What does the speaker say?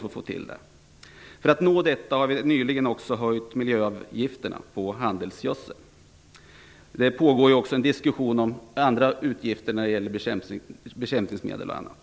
För att uppnå detta har vi nyligen också höjt miljöavgifterna på handelsgödsel. Det pågår också en diskussion om andra avgifter när det gäller bekämpningsmedel och annat.